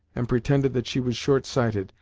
and pretended that she was short-sighted,